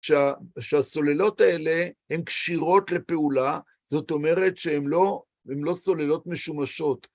שהסוללות האלה הן כשירות לפעולה, זאת אומרת שהן לא סוללות משומשות.